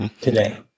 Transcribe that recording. today